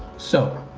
so,